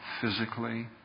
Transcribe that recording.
physically